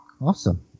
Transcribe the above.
Awesome